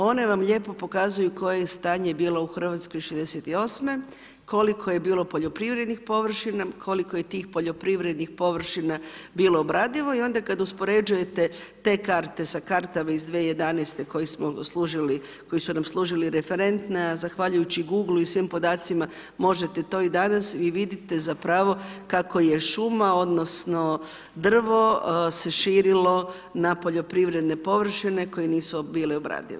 One vam lijepo pokazuju koje je stanje bilo u Hrvatskoj '68., koliko je bilo poljoprivrednih površina, koliko je tih poljoprivrednih površina bilo obradivo i onda kad uspoređujete te karte sa kartama 2011. koje su nam služili referentna, a zahvaljujući Google-u i svim podacima možete to i danas i vidite zapravo kako je šuma, odnosno drvo se širilo na poljoprivredne površine koje nisu bile obradive.